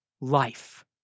life